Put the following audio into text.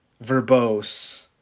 verbose